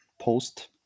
post